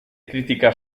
kritika